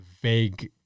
vague